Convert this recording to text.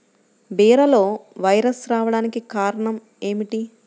బీరలో వైరస్ రావడానికి కారణం ఏమిటి?